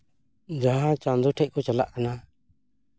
ᱡᱟᱦᱟᱸ ᱪᱟᱸᱫᱚ ᱴᱷᱮᱡ ᱠᱚ ᱪᱟᱞᱟᱜ ᱠᱟᱱᱟ